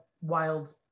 wild